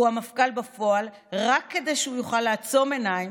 הוא המפכ"ל בפועל, רק כדי שהוא יוכל לעצום עיניים